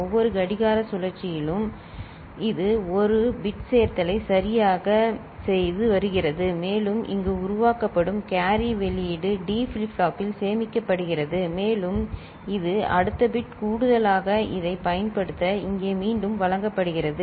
ஒவ்வொரு கடிகார சுழற்சியிலும் இது ஒரு பிட் சேர்த்தலைச் சரியாகச் செய்து வருகிறது மேலும் இங்கு உருவாக்கப்படும் கேரி வெளியீடு டி ஃபிளிப் ஃப்ளாப்பில் சேமிக்கப்படுகிறது மேலும் இது அடுத்த பிட் கூடுதலாக இதைப் பயன்படுத்த இங்கே மீண்டும் வழங்கப்படுகிறது